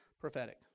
prophetic